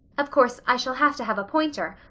of course, i shall have to have a pointer,